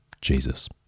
Jesus